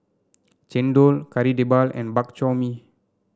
chendol Kari Debal and Bak Chor Mee